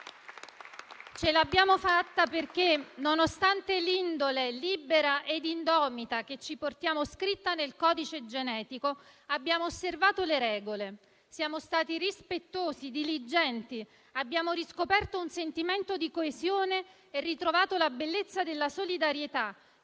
Ce l'abbiamo fatta perché, nonostante l'indole libera ed indomita che ci portiamo scritta nel codice genetico, abbiamo osservato le regole; siamo stati rispettosi e diligenti; abbiamo riscoperto un sentimento di coesione e ritrovato la bellezza della solidarietà